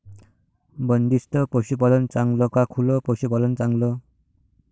बंदिस्त पशूपालन चांगलं का खुलं पशूपालन चांगलं?